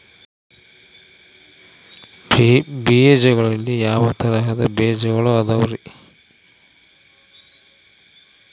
ಬೇಜಗಳಲ್ಲಿ ಯಾವ ತರಹದ ಬೇಜಗಳು ಅದವರಿ?